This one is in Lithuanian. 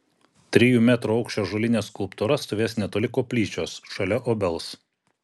trijų metrų aukščio ąžuolinė skulptūra stovės netoli koplyčios šalia obels